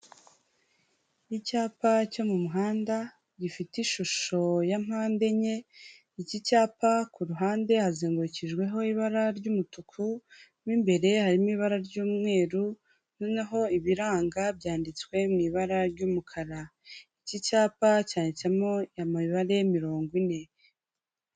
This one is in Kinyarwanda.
Ni icyapa cyo mu muhanda gifite ishusho ya mpande enye, iki icyapa ku ruhande hazengurukijweho ibara ry'umutuku, mo mbere harimo ibara ry'umweru, noneho ibiranga byanditswe mu ibara ry'umukara, iki cyapa cyanditsemo umubare mirongo ine.